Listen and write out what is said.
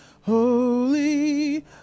Holy